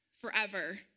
forever